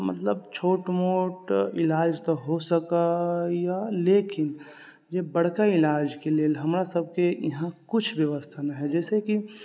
मतलब छोट मोट इलाज तऽ हो सकैए लेकिन जे बड़का इलाज के लेल हमरा सभके इहाँ कुछ ब्यबस्था न है जइसे कि